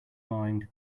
mind